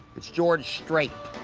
it's george strait.